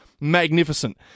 Magnificent